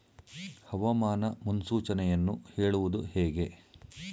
ಹವಾಮಾನ ಮುನ್ಸೂಚನೆಯನ್ನು ಹೇಳುವುದು ಹೇಗೆ?